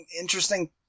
interesting